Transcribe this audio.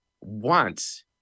wants